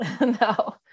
No